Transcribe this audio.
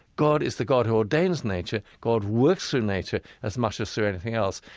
god is the god who ordains nature. god works through nature as much as through anything else.